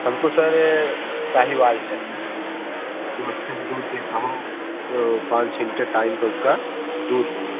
हमको सर साहिवाल चाहिए जो अच्छा दूध देती हो पान छः लीटर टाइम का उसका दूध हो